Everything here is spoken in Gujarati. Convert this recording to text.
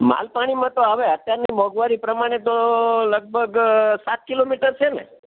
માલ પાણીમાં તો હવે અત્યારની મોંઘવારી પ્રમાણે તો લગભગ સાત કિલોમીટર છે ને